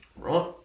right